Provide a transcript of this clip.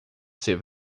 ser